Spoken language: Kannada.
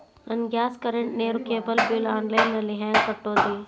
ನನ್ನ ಗ್ಯಾಸ್, ಕರೆಂಟ್, ನೇರು, ಕೇಬಲ್ ಬಿಲ್ ಆನ್ಲೈನ್ ನಲ್ಲಿ ಹೆಂಗ್ ಕಟ್ಟೋದ್ರಿ?